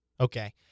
Okay